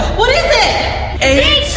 what is it? eight,